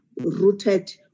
rooted